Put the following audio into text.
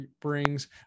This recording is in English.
brings